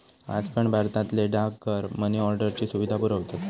आज पण भारतातले डाकघर मनी ऑर्डरची सुविधा पुरवतत